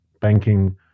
banking